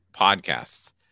podcasts